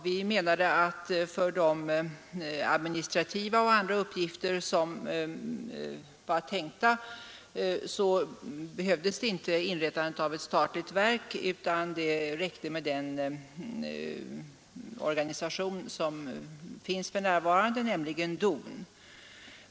Vi menade att man inte behövde inrätta ett statligt verk för administrativa och andra uppgifter utan att det räckte med den organisation som för närvarande finns, nämligen DON.